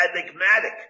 enigmatic